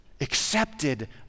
accepted